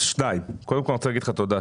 קודם כל שלמה, אני רוצה להגיד לך תודה.